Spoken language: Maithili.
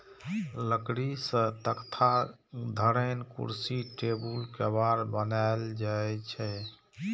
लकड़ी सं तख्ता, धरेन, कुर्सी, टेबुल, केबाड़ बनाएल जाइ छै